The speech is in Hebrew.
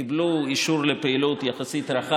קיבלו אישור לפעילות רחב יחסית,